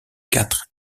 quatre